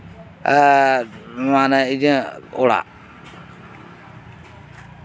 ᱮᱸᱜ ᱢᱟᱱᱮ ᱤᱧᱟᱹᱜ ᱚᱲᱟᱜ